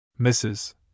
Mrs